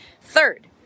third